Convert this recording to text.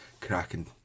cracking